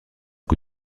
que